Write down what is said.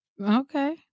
Okay